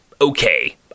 okay